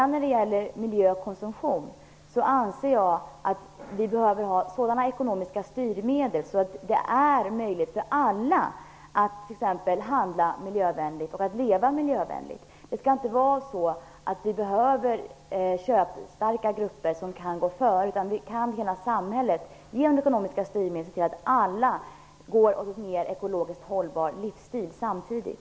När det gäller miljö och konsumtion anser jag att vi behöver ha sådana ekonomiska styrmedel att det är möjligt för alla att handla och leva miljövänligt. Det skall inte vara så att vi behöver köpstarka grupper som kan gå före. Genom ekonomiska styrmedel kan vi se till att alla går i riktning mot en ekologiskt mer hållbar livsstil samtidigt.